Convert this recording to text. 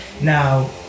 Now